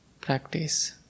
practice